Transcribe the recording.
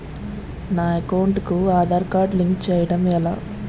నా అకౌంట్ కు Aadhaar card link చేయడం ఎలా?